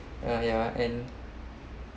uh ya and